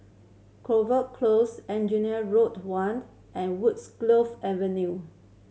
Close Engineer Road one and Woodgroves Avenue